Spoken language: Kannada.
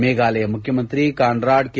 ಮೇಘಾಲಯ ಮುಖ್ಯಮಂತ್ರಿ ಕಾನ್ರಾಡ್ ಕೆ